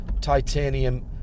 titanium